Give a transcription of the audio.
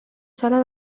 sala